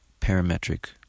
parametric